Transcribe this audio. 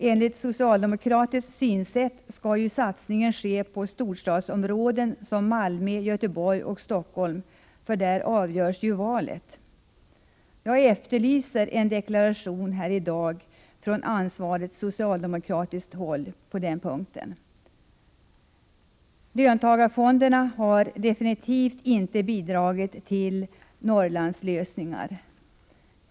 Enligt socialdemokratiskt synsätt skall ju satsningen ske på storstadsområden som Malmö, Göteborg och Stockholm — där avgörs ju valet. På den punkten efterlyser jag i dag en deklaration från någon ansvarig på socialdemokratiskt håll. Löntagarfonderna har absolut inte bidragit till Norrlandslösningar.